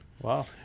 wow